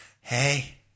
Hey